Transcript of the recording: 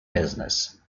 business